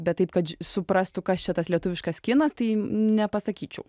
bet taip kad suprastų kas čia tas lietuviškas kinas tai nepasakyčiau